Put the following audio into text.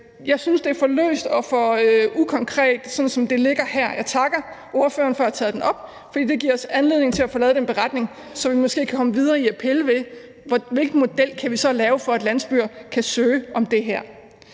sagt, at det er for løst og for ukonkret, sådan som det ligger her. Jeg takker ordføreren for at have taget det op, for det giver os anledning til at få lavet den beretning, så vi måske kan komme videre med at pille ved, hvilken model vi så kan lave, for at landsbyer kan søge om det her.